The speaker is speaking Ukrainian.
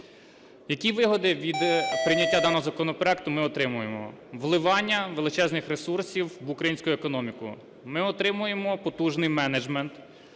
Які вигоди від прийняття даного законопроекту ми отримуємо? Вливання величезних ресурсів в українську економіку, ми отримуємо потужний менеджмент,